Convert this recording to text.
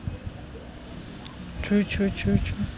true true true true